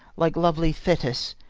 like lovely thetis,